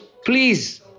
Please